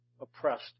oppressed